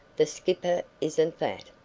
the skipper isn't that.